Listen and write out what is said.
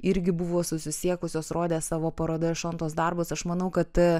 irgi buvo susisiekusios rodė savo parodoje šontos darbus aš manau kad